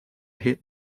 hit